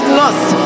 lost